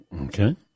Okay